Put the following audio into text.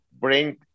bring